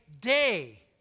day